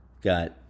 Got